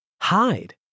hide